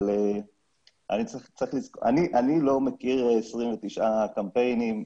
אבל אני לא מכיר 29 קמפיינים,